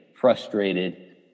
frustrated